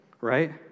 right